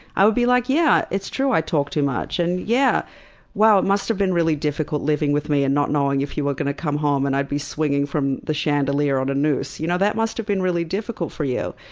i would be like, yeah, it's true, i talk too much, and, yeah wow, it must've been really difficult living with me and not knowing if you were going to come home and i'd be swinging from the chandelier on a noose. you know that must've been really difficult for you.